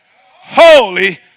holy